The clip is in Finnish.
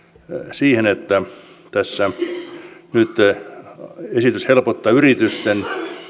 siihen että tässä nyt esitys helpottaa yritysten